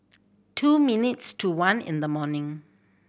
two minutes to one in the morning